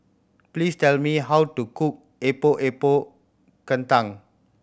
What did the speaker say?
please tell me how to cook Epok Epok Kentang